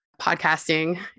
Podcasting